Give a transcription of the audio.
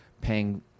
paying